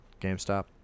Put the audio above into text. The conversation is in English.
GameStop